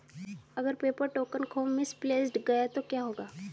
अगर paper token खो misplaced गया तो क्या होगा?